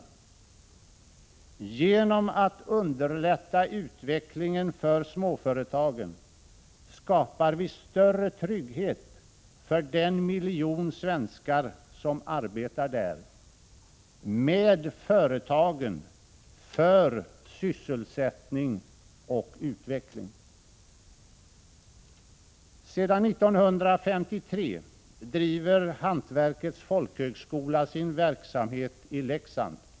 Genom att underlätta utvecklingen för småföretagen skapar vi större trygghet för den miljon svenskar som arbetar där. Med företagen — för sysselsättning och utveckling! Sedan 1953 driver Hantverkets folkhögskola sin verksamhet i Leksand.